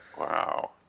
Wow